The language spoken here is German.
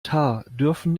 dürfen